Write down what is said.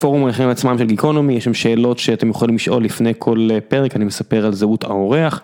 פורום החיים עצמם של גיקונומי יש שם שאלות שאתם יכולים לשאול לפני כל פרק אני מספר על זהות האורח.